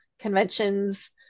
conventions